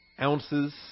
ounces